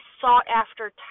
sought-after